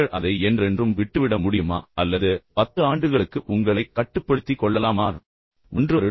நீங்கள் அதை என்றென்றும் விட்டுவிட முடியுமா அல்லது 10 ஆண்டுகளுக்கு உங்களை கட்டுப்படுத்திக் கொள்ளலாம் என்று சொல்ல முடியுமா